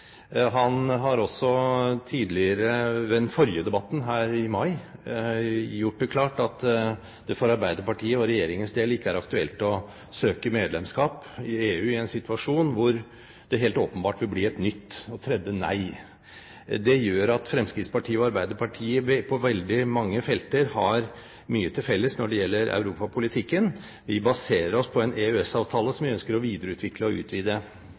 Han har også tidligere, ved den forrige debatten her i mai, gjort det klart at det for Arbeiderpartiet og regjeringens del ikke er aktuelt å søke medlemskap i EU i en situasjon hvor det helt åpenbart vil bli et nytt og tredje nei. Det gjør at Fremskrittspartiet og Arbeiderpartiet på veldig mange felter har mye til felles når det gjelder europapolitikken. Vi baserer oss på en EØS-avtale som vi ønsker å videreutvikle og utvide.